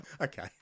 Okay